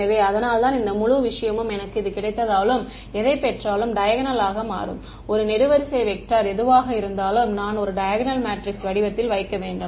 எனவே அதனால்தான் இந்த முழு விஷயமும் எனக்கு எது கிடைத்தாலும் எதைப் பெற்றாலும் டையகனலாக மாறும் ஒரு நெடுவரிசை வெக்டர் எதுவாக இருந்தாலும் நான் ஒரு டையகனல் மேட்ரிக்ஸ் வடிவத்தில் வைக்க வேண்டும்